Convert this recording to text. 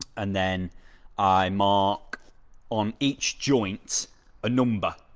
and then i mark on each joint a number.